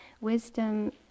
wisdom